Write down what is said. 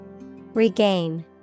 Regain